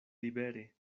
libere